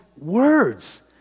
words